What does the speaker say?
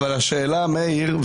מאיר,